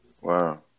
Wow